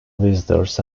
visitors